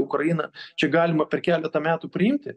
ukrainą čia galima per keletą metų priimti